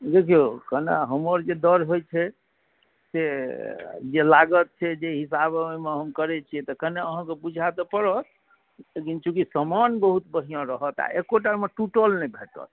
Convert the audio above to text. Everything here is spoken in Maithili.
देखिऔ कने हमर जे दर होइ छै से जे लागत जाहि हिसाबसँ हम ओहिमे करै छिए तऽ कने अहाँके बुझा तऽ पड़त लेकिन चूँकि समान बहुत बढ़िआँ रहत आओर एकोटा ओहिमे टूटल नहि भेटत